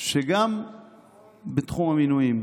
שגם בתחום המינויים,